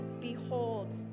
Behold